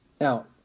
Now